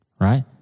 right